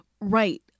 Right